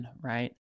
right